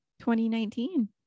2019